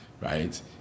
right